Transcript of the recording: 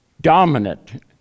dominant